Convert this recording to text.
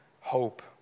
hope